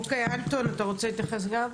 אוקיי, אנטון, אתה רוצה להתייחס גם?